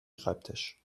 schreibtisch